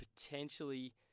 potentially